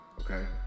okay